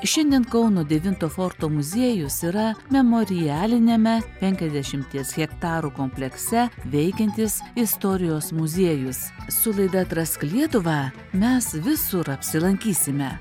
šiandien kauno devinto forto muziejus yra memorialiniame penkiasdešimties hektarų komplekse veikiantis istorijos muziejus su laida atrask lietuvą mes visur apsilankysime